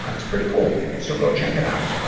ah it's pretty cool. so go check it out.